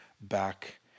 back